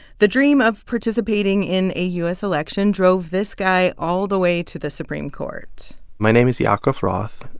the dream of participating in a u s. election drove this guy all the way to the supreme court my name is yaakov roth.